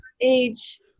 age